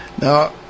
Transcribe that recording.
Now